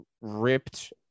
ripped